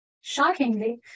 Shockingly